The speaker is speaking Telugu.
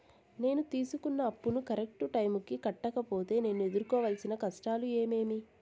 నేను తీసుకున్న అప్పును కరెక్టు టైముకి కట్టకపోతే నేను ఎదురుకోవాల్సిన కష్టాలు ఏమీమి?